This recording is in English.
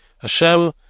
Hashem